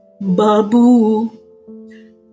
babu